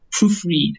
proofread